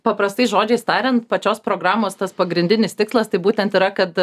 paprastais žodžiais tariant pačios programos tas pagrindinis tikslas tai būtent yra kad